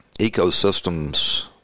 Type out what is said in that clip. ecosystems